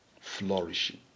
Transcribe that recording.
flourishing